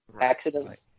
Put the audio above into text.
Accidents